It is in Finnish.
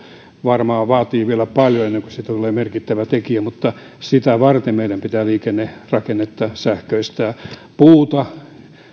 varmaan vaatii vielä paljon ennen kuin siitä tulee merkittävä tekijä mutta sitä varten meidän pitää liikennerakennetta sähköistää